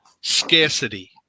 scarcity